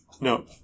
No